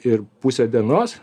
ir pusę dienos